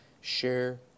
share